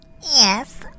Yes